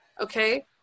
Okay